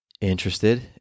interested